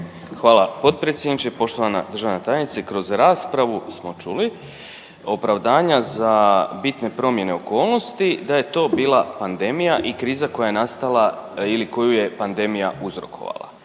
Hvala potpredsjedniče, poštovana državna tajnice. Kroz raspravu smo čuli opravdanja za bitne promjene okolnosti, da je to bila pandemija i kriza koja je nastala ili koju je pandemija uzrokovala.